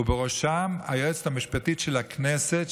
ובראשן היועצת המשפטית של הכנסת,